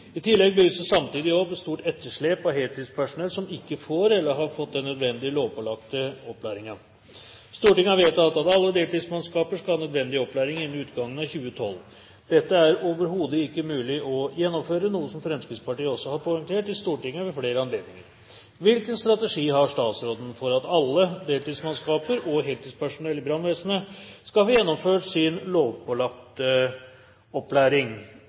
I tillegg bygges det samtidig opp et stort etterslep av heltidspersonell som ikke får eller har fått den nødvendige lovpålagte opplæringen. Stortinget har vedtatt at alle deltidsmannskaper skal ha nødvendig opplæring innen utgangen av 2012. Dette er det overhodet ikke mulig å gjennomføre, noe Fremskrittspartiet også har poengtert i Stortinget ved flere anledninger, bl.a. under behandlingen av St.meld. nr. 35 for 2008–2009 4. mars 2010 i denne salen. På spørsmål fra meg svarte justisminister Storberget følgende, og